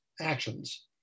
actions